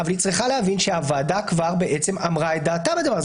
אבל היא צריכה להבין שהוועדה כבר אמרה את דעתה בעניין הזה,